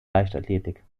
leichtathletik